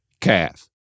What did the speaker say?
Calf